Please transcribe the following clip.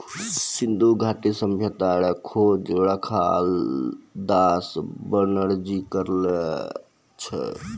सिन्धु घाटी सभ्यता रो खोज रखालदास बनरजी करलो छै